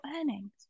earnings